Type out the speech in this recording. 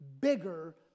bigger